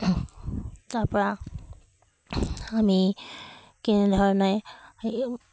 তাৰ পৰা আমি কেনেধৰণে